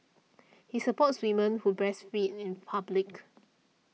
he supports women who breastfeed in public